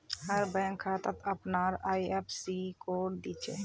हर bank खातात अपनार IFSC code दि छे